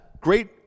Great